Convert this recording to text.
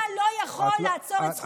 אתה לא יכול לעצור את זכות הדיבור שלי.